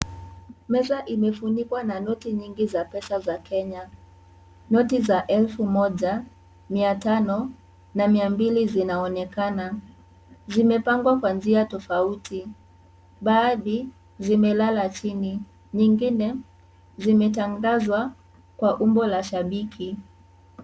Meza imefunikwa na noti nyingi za pesa za Kenya ,noti za elfu moja ,mia tano na mia mbili zinaonekana zimepangwa kwa njia tofauti baadhi zimelala chini nyingine zimetandazwa kwa umbo la shabiki.